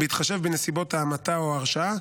בהתחשב בנסיבות ההמתה או ההרשעה,